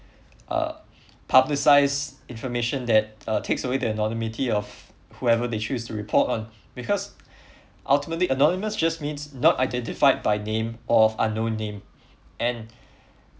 uh publicised information that uh takes away the anonymity of whoever they choose to report on because ultimately anonymous just means not identified by name of unknown name and